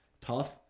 tough